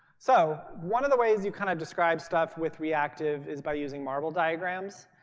so one of the ways you kind of describe stuff with reactive is by using marble diagrams,